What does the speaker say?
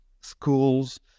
schools